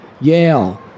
Yale